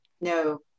No